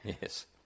Yes